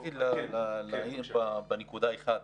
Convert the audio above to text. רציתי להעיר בנקודה אחת,